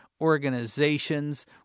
organizations